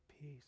peace